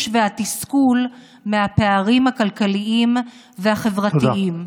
והתסכול מהפערים הכלכליים והחברתיים.